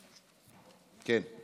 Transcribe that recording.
כן.